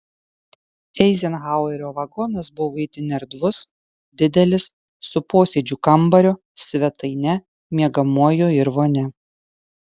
eizenhauerio vagonas buvo itin erdvus didelis su posėdžių kambariu svetaine miegamuoju ir vonia